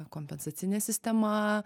kompensacinė sistema